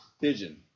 pigeon